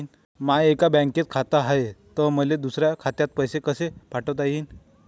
माय एका बँकेत खात हाय, त मले दुसऱ्या खात्यात पैसे कसे पाठवता येईन?